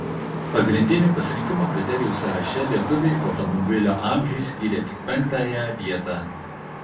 pagrindinių pasirinkimo kriterijų sąraše lietuviai automobilio amžiui skyrė tik penktąją vietą